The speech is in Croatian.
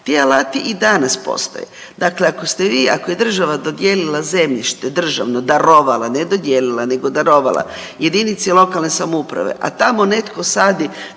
Ti alati i danas postoje, dakle ako ste vi ako je država dodijelila zemljište državno darovala, ne dodijelila nego darovala jedinici lokalne samouprave, a tamo netko sadi